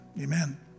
amen